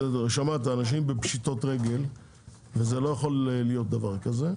שמעת, אנשים בפשיטות רגל ולא יכול להיות דבר כזה.